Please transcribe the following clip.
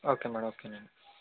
okay madam okay madam